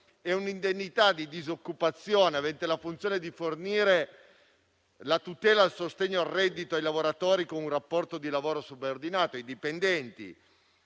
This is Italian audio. è un'indennità di disoccupazione avente la funzione di fornire la tutela al sostegno al reddito ai lavoratori con rapporto di lavoro subordinato (i dipendenti),